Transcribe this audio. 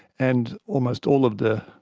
and almost all of the,